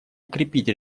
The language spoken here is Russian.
укрепить